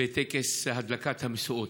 בטקס הדלקת המשואות.